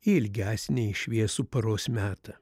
į ilgesnį į šviesų paros metą